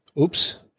Oops